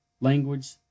language